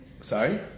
sorry